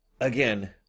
again